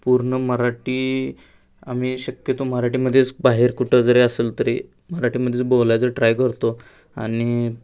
पूर्ण मराठी आम्ही शक्यतो मराठीमध्येच बाहेर कुठं जरी असेल तरी मराठीमध्येच बोलायचं ट्राय करतो आणि